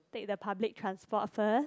take the public transport first